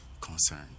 concern